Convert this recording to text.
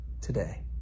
today